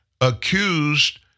accused